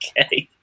Okay